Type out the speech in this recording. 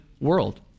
world